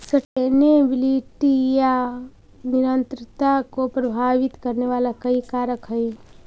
sustainability या निरंतरता को प्रभावित करे वाला कई कारक हई